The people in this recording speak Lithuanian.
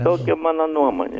tokia mano nuomonė